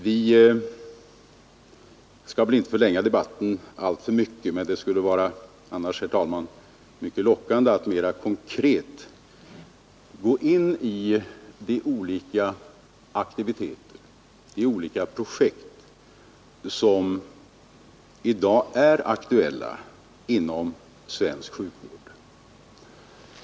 Vi skall väl inte förlänga debatten alltför mycket, men det skulle vara mycket lockande, herr talman, att mer konkret gå in på de olika aktiviteter, de olika projekt, som i dag är aktuella inom svensk sjukvård.